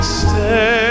stay